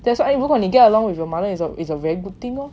that's why 如果你 get along with your mother is a is a very good thing lor